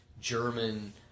German